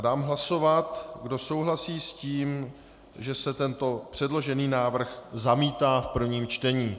Dám hlasovat, kdo souhlasí s tím, že se tento předložený návrh zamítá v prvním čtení.